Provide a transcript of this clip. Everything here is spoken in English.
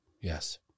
Yes